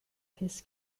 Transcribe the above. his